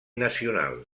nacional